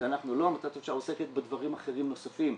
עמותת "אפשר" עוסקת בדברים אחרים נוספים.